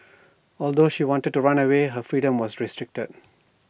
although she wanted to run away her freedom was restricted